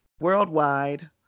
Worldwide